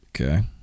Okay